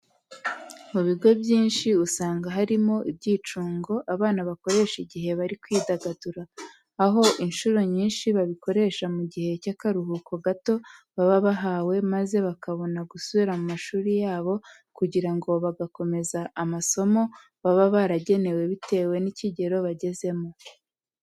Mu bigo byinshi usanga harimo ibyicungo abana bakoresha igihe bari kwidagadura, aho inshuro nyinshi babikoresha mu gihe cy'akaruhuko gato baba bahawe maze bakabona gusubira mu mashuri yabo kugira ngo bagakomeza amasomo baba baragenewe bitewe n'ikigero bagezemo.